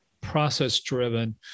process-driven